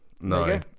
No